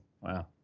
Wow